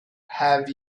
have